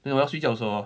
then 我要睡觉的时候 hor